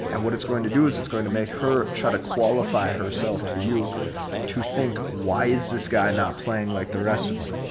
and what it's going to do is it's going to make her try to qualify herself to you to think, why is this guy not playing like the rest of them?